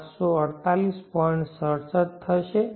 67 થશે